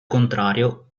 contrario